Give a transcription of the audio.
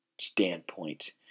standpoint